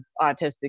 autistic